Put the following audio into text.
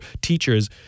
teachers